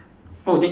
orh then